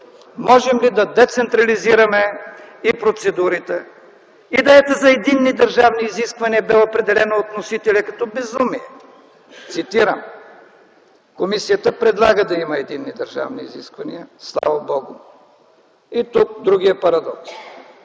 можем ли да децентрализираме и процедурите? Идеята за единни държавни изисквания бе определена от вносителя като „безумие” – цитирам. Комисията предлага да има единни държавни изисквания, слава Богу. И тук е другият парадокс: